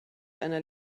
einer